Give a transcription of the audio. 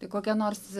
tai kokia nors